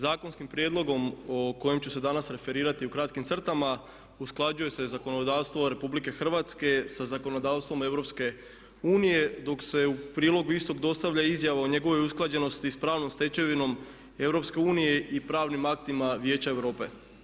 Zakonskim prijedlogom o kojem ću se danas referirati u kratkim crtama usklađuje se zakonodavstvo RH sa zakonodavstvom EU dok se u prilogu istog dostavlja izjava o njegovoj usklađenosti sa pravnom stečevinom EU i pravnim aktima Vijeća Europe.